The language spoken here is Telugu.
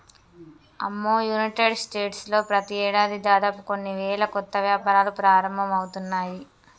అమ్మో యునైటెడ్ స్టేట్స్ లో ప్రతి ఏడాది దాదాపు కొన్ని వేల కొత్త వ్యాపారాలు ప్రారంభమవుతున్నాయి